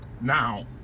Now